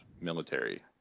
military